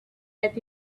let